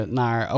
naar